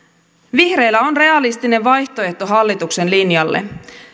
vihreillä on realistinen vaihtoehto hallituksen linjalle